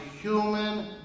human